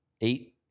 eight